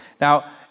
Now